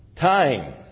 time